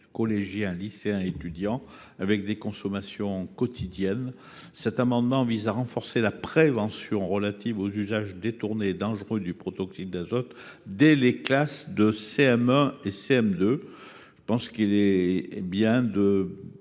collégiens, les lycéens et les étudiants, avec des consommations parfois quotidiennes. Cet amendement vise à renforcer la prévention relative aux usages détournés et dangereux du protoxyde d’azote dès les classes de CM1 et de CM2. Il est essentiel